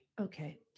Okay